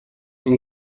این